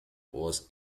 was